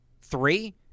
Three